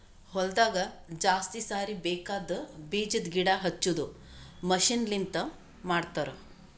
ಹೊಲದಾಗ ಜಾಸ್ತಿ ಸಾರಿ ಬೇಕಾಗದ್ ಬೀಜದ್ ಗಿಡ ಹಚ್ಚದು ಮಷೀನ್ ಲಿಂತ ಮಾಡತರ್